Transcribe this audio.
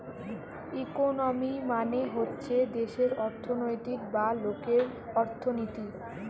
economy মানে হচ্ছে দেশের অর্থনৈতিক বা লোকের অর্থনীতি